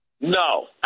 No